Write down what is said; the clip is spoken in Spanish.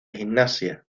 gimnasia